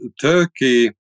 Turkey